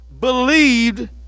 believed